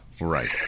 Right